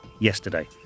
yesterday